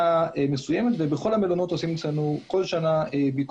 מסוימת ובכל המלונות עושים ביקורת כל שנה.